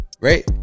Right